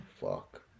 fuck